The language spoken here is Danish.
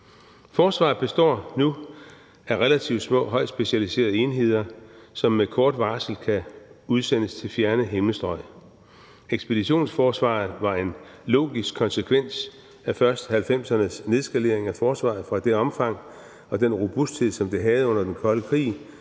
Forsvaret består nu af relativt små højt specialiserede enheder, som med kort varsel kan udsendes til fjerne himmelstrøg. Ekspeditionsforsvaret var en logisk konsekvens af først 1990'ernes nedskalering af forsvaret fra det omfang og den robusthed, som det havde under den kolde krig,